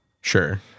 sure